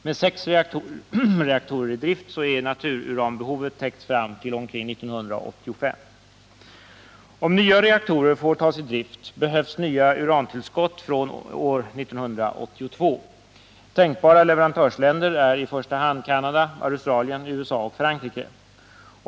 Med sex reaktorer i drift är natururanbehovet täckt fram till omkring år 1985. Om nya reaktorer får tas i drift behövs nya urantillskott från år 1982. Tänkbara leverantörsländer är i första hand Canada, Australien, USA och Frankrike.